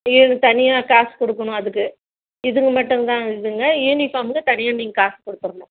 இதுக்கு தனியாக காசு கொடுக்கணும் அதுக்கு இதுக்கு மட்டுந்தான் இதுங்க யூனிஃபார்ம்க்கு தனியா நீங்கள் காசு கொடுத்தர்ணும்